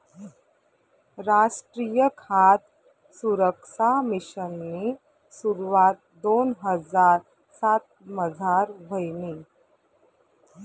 रासट्रीय खाद सुरक्सा मिशननी सुरवात दोन हजार सातमझार व्हयनी